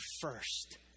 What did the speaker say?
first